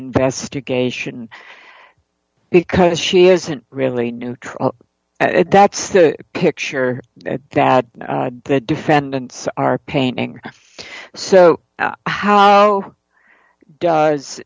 investigation because she isn't really neutral that's the picture that the defendants are painting so how does